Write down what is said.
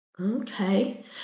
Okay